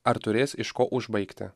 ar turės iš ko užbaigti